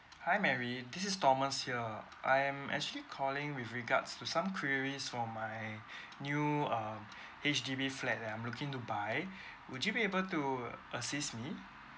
hi mary this is thomas here I am actually calling with regards to some queries for my new um H_D_B flat that I'm looking to buy would you be able to assist me